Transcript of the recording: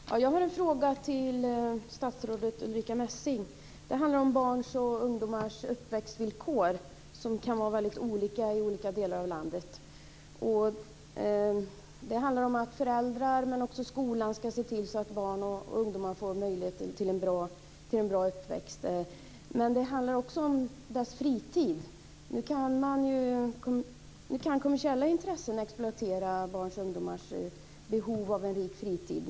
Herr talman! Jag har en fråga till statsrådet Ulrica Messing. Den handlar om barns och ungdomars uppväxtvillkor som kan vara väldigt olika i olika delar av landet. Det handlar om att föräldrar men också skolan ska se till att barn och ungdomar får möjlighet till en bra uppväxt. Men det handlar också om fritiden. Nu kan kommersiella intressen exploatera barns och ungdomars behov av en rik fritid.